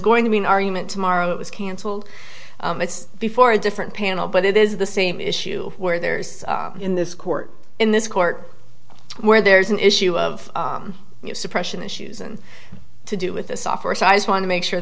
going to be an argument tomorrow it was cancelled before a different panel but it is the same issue where there's in this court in this court where there's an issue of suppression issues and to do with the software so i just want to make sure